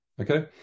Okay